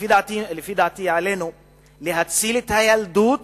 לפי דעתי, עלינו להציל את הילדות